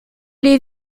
l’ai